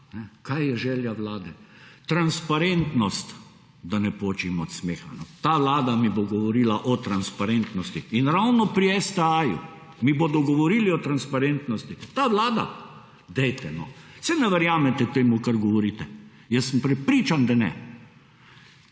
Kaj je želja Vlade? Transparentnost, da ne počim od smeha. Ta Vlada mi bo govorila o transparentnosti. In ravno pri STA mi bodo govorili o transparentnosti. Ta Vlada? Dajte no. Saj ne verjamete temu kar govorite. Jaz sem prepričan, da ne.